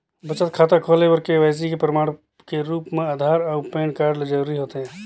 बचत खाता खोले बर के.वाइ.सी के प्रमाण के रूप म आधार अऊ पैन कार्ड ल जरूरी होथे